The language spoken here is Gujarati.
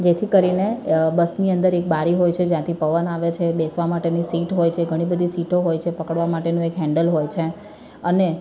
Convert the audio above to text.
જેથી કરીને અ બસની અંદર એક બારી હોય છે જ્યાંથી પવન આવે છે બેસવા માટેની સીટ હોય છે ઘણી બધી સીટો હોય છે પકડવા માટેનું એક હૅન્ડલ હોય છે અને